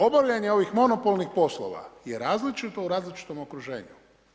Obavljanje ovih monopolnih poslova je različito u različitom okruženju.